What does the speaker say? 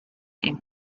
and